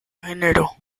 género